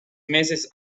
meses